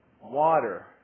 Water